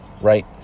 Right